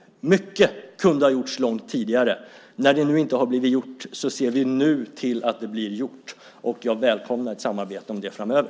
Mycket kunde ha gjorts långt tidigare. När det inte har blivit gjort ser vi till att det nu blir gjort, och jag välkomnar ett samarbete om det framöver.